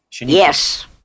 Yes